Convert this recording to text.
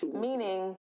meaning